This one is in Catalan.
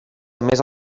més